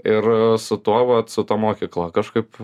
ir su tuo vat su ta mokykla kažkaip